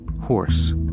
horse